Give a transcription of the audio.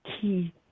key